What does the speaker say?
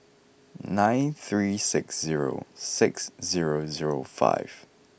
nine three six zero six zero zero five